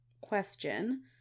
question